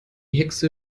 hexe